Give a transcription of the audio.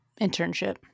internship